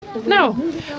No